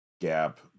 gap